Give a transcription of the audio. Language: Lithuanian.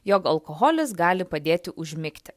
jog alkoholis gali padėti užmigti